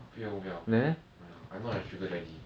不要不要不要 ya I not your sugar daddy